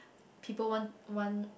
people want want